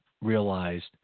realized –